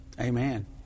Amen